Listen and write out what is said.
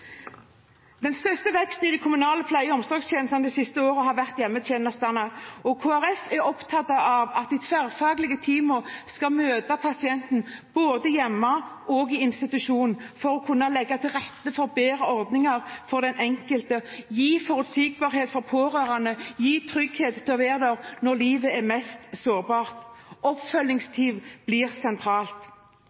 Den største veksten i de kommunale pleie- og omsorgstjenestene de siste årene har skjedd hos hjemmetjenestene, og Kristelig Folkeparti er opptatt av at de tverrfaglige teamene skal møte pasienten både hjemme og på institusjon, for å kunne legge til rette for bedre ordninger for den enkelte, gi forutsigbarhet for pårørende, gi trygghet til å være der når livet er mest sårbart. Oppfølgingsteam blir sentralt.